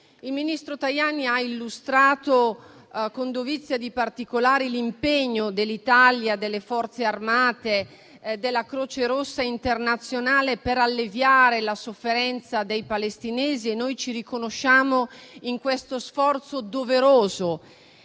Il ministro Tajani ha illustrato con dovizia di particolari l'impegno dell'Italia, delle Forze armate e della Croce rossa internazionale per alleviare la sofferenza dei palestinesi e noi ci riconosciamo in questo sforzo doveroso,